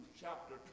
chapter